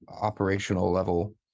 operational-level